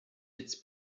its